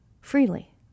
freely